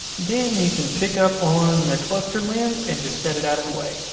then you can pick up on the cluster lens and just set it out of the way.